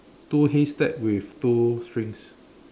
two haystack with two strings